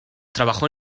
trabajó